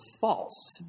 false